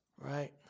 Right